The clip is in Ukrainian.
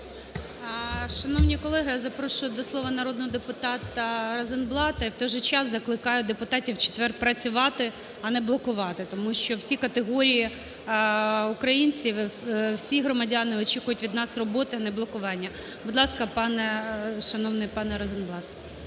Шановні колеги, запрошую до слова народного депутата Розенблата. І в той же час закликаю депутатів в четвер працювати, а не блокувати. Тому що всі категорії українців і всі громадяни очікують від нас роботи, а не блокування. Будь ласка, пане, шановний пане Розенблат.